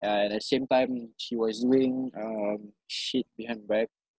uh at the same time she was doing um shit behind my back